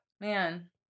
man